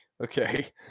okay